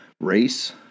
race